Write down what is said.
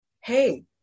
hey